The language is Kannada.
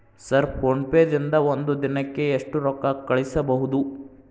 ಸರ್ ಫೋನ್ ಪೇ ದಿಂದ ಒಂದು ದಿನಕ್ಕೆ ಎಷ್ಟು ರೊಕ್ಕಾ ಕಳಿಸಬಹುದು?